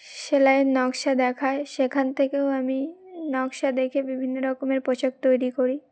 সেলাইয়ের নকশা দেখায় সেখান থেকেও আমি নকশা দেখে বিভিন্ন রকমের পোশাক তৈরি করি